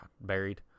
buried